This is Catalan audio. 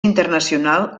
internacional